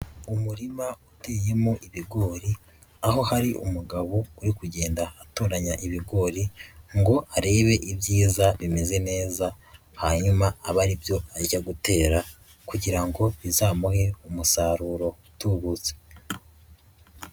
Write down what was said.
Umurima uteyemo ibigori aho hari umugabo uri kugenda atoranya ibigori ngo arebe ibyiza bimeze neza hanyuma abe ari byo ajya gutera kugira ngo bizamuhe umusaruro utubutse.